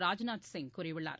ராஜ்நாத் சிங் கூறியுள்ளார்